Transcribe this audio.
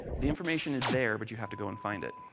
the information is there, but you have to go and find it.